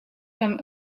from